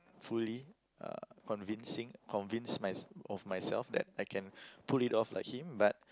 fully uh convincing convinced mys~ of myself that I can pull it off like him but